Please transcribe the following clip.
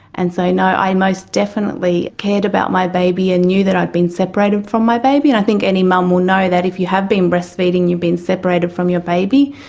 and so and i i most definitely cared about my baby and knew that i had been separated from my baby, and i think any mum will know that if you have been breastfeeding and you've been separated from your baby,